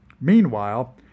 meanwhile